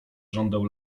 żądeł